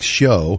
show